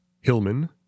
Hillman